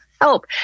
help